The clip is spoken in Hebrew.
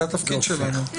זה התפקיד שלנו.